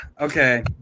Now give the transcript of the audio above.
Okay